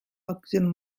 oxygen